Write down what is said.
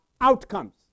outcomes